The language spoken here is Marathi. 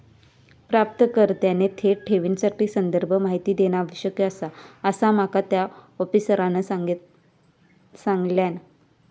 प्राप्तकर्त्याने थेट ठेवीसाठी संदर्भ माहिती देणा आवश्यक आसा, असा माका त्या आफिसरांनं सांगल्यान